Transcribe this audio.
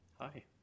Hi